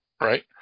Right